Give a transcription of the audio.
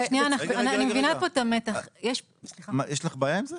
יש לך בעיה עם זה?